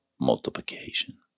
multiplication